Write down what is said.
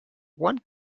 one